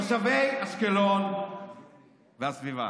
תושבי אשקלון והסביבה,